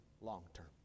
long-term